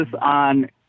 on